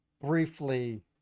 briefly